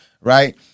Right